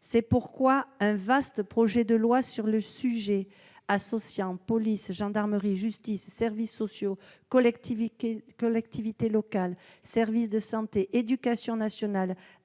C'est pourquoi un vaste projet de loi sur le sujet, associant police, gendarmerie, justice, services sociaux, collectivités locales, services de santé, éducation nationale